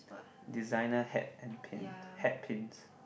designer hat and pint hat pins